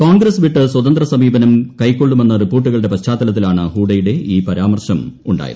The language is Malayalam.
കോൺഗ്രസ്സ് വിട്ട് സ്വതന്ത്ര സമീപനം കൈക്കൊള്ളുമെന്ന റിപ്പോർട്ടുകളുടെ പശ്ചാത്തലത്തിലാണ് ഹൂഡയുടെ ഈ പരാമർശം ഉണ്ടായത്